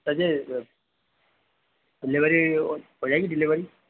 sir ji sir delivery हो हो जाएगी डिलेवरी